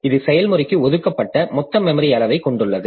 இது செயல்முறைக்கு ஒதுக்கப்பட்ட மொத்த மெமரி அளவைக் கொண்டுள்ளது